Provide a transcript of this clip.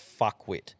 fuckwit